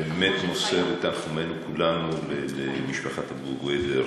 אני באמת מוסר את תנחומינו כולנו למשפחת אבו קוידר